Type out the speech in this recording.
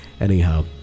anyhow